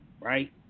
right